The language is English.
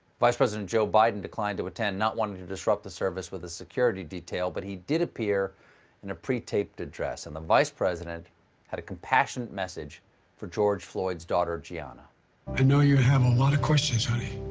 vice president joe biden declined to attend, not wanting to disrupt the service with his security detail, but he did appear in a pre-taped address. and the vice president had a compassionate message for george floyd's daughter gianna i know you have a lot of questions, honey.